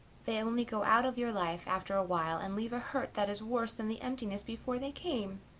they only go out of your life after awhile and leave a hurt that is worse than the emptiness before they came.